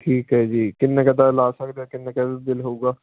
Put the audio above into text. ਠੀਕ ਹੈ ਜੀ ਕਿੰਨੇ ਕੁ ਦਾ ਲਾ ਸਕਦੇ ਕਿੰਨੇ ਬਿਲ ਹੋਊਗਾ